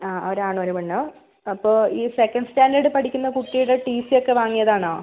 ആ ഒരു ആണും ഒരു പെണ്ണും അപ്പോൾ ഈ സെക്കൻഡ് സ്റ്റാൻഡേർഡ് പഠിക്കുന്ന കുട്ടീടെ ടി സി ഒക്കെ വാങ്ങിയതാണോ